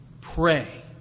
pray